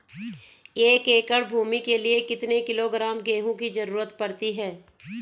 एक एकड़ भूमि के लिए कितने किलोग्राम गेहूँ की जरूरत पड़ती है?